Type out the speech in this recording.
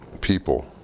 people